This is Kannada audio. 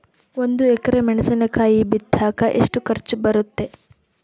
ಒಂದು ಎಕರೆ ಮೆಣಸಿನಕಾಯಿ ಬಿತ್ತಾಕ ಎಷ್ಟು ಖರ್ಚು ಬರುತ್ತೆ?